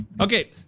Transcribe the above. Okay